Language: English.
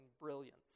brilliance